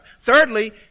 Thirdly